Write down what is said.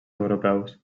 europeus